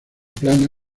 plana